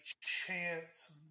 chance